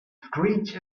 screech